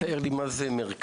את יכולה לתאר לי מה זה מרכז?